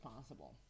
possible